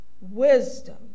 wisdom